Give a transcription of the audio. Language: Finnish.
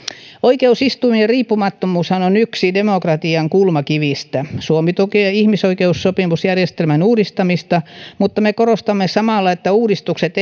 oikeusistuimien riippumattomuushan on yksi demokratian kulmakivistä suomi tukee ihmisoikeussopimusjärjestelmän uudistamista mutta me korostamme samalla että uudistukset